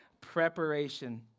preparation